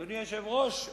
אדוני היושב-ראש,